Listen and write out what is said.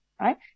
right